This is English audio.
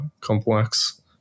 complex